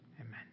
Amen